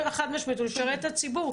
חד משמעית הוא לשרת את הציבור,